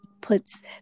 puts